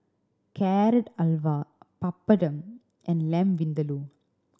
Carrot Halwa Papadum and Lamb Vindaloo